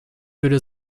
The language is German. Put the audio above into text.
würde